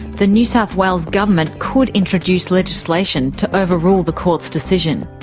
the new south wales government could introduce legislation to overrule the court's decision.